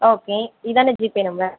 okay இதானே GPay number